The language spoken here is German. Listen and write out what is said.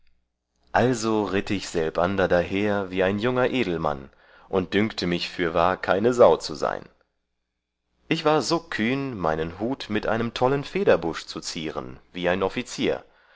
also ritt ich selbander daher wie ein junger edelmann und dünkte mich fürwahr keine sau zu sein ich war so kühn meinen hut mit einem tollen federbusch zu zieren wie ein offizier